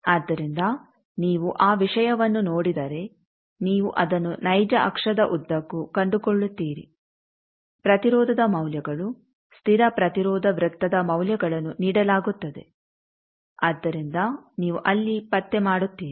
ಆದ್ದರಿಂದ ನೀವು ಆ ವಿಷಯವನ್ನು ನೋಡಿದರೆ ನೀವು ಅದನ್ನು ನೈಜ ಅಕ್ಷದ ಉದ್ದಕ್ಕೂ ಕಂಡುಕೊಳ್ಳುತ್ತೀರಿ ಪ್ರತಿರೋಧದ ಮೌಲ್ಯಗಳು ಸ್ಥಿರ ಪ್ರತಿರೋಧ ವೃತ್ತದ ಮೌಲ್ಯಗಳನ್ನು ನೀಡಲಾಗುತ್ತದೆ ಆದ್ದರಿಂದ ನೀವು ಅಲ್ಲಿ ಪತ್ತೆ ಮಾಡುತ್ತೀರಿ